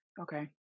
Okay